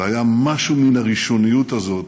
היה בזה משהו מן הראשוניות הזאת,